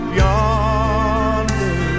yonder